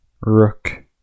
Rook